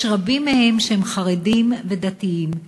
רבים מהם הם חרדים ודתיים,